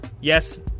yes